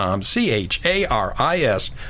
C-H-A-R-I-S